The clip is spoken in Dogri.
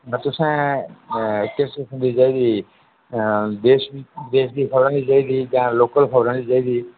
बो तुसें किश किस्म दी चाहिदी देश देश दियें खबरें आह्ली चाहिदी जां लोकल खबरें आह्ली चाहिदी